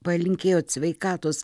palinkėjot sveikatos